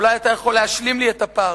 אולי אתה יכול להשלים לי את הפער,